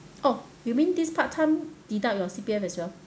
oh you mean this part time deduct your C_P_F as well